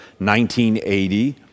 1980